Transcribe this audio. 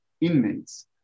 inmates